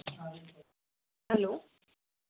hello